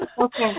Okay